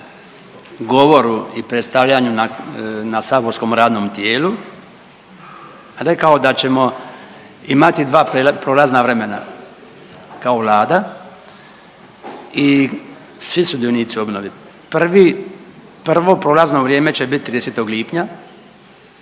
govoru i predstavljanju na saborskom radnom tijelu rekao da ćemo imati dva prolazna vremena kao Vlada i svi sudionici u obnovi. Prvi, prvo prolazno vrijeme će biti 30. lipnja